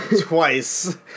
twice